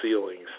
ceilings